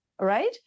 Right